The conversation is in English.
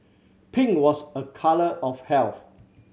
pink was a colour of health